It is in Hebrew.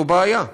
זו בעיה.